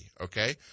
Okay